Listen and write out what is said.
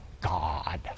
God